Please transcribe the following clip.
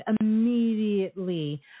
immediately